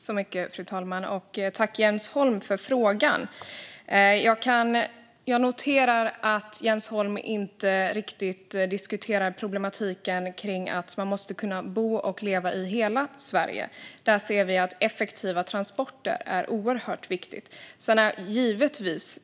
Fru talman! Tack, Jens Holm, för frågan! Jag noterar att Jens Holm inte riktigt diskuterar problematiken kring att man måste kunna bo och leva i hela Sverige. Där ser vi att effektiva transporter är oerhört viktigt.